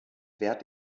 wert